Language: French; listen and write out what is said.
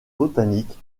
botanique